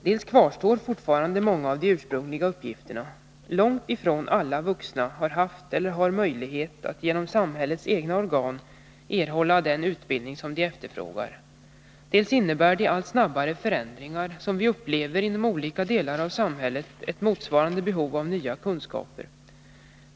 Dels kvarstår fortfarande många av de ursprungliga uppgifterna — långt ifrån alla vuxna har haft eller har möjlighet att genom samhällets egna organ erhålla den. utbildning som de efterfrågar, — dels innebär de allt snabbare förändringar som vi upplever inom olika delar av samhället ett motsvarande behov av nya kunskaper.